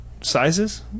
sizes